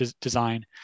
design